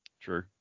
True